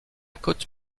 côte